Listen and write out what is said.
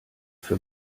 für